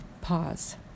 Pause